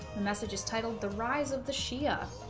message is titled the rise of the shia